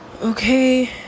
Okay